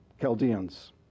Chaldeans